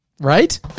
Right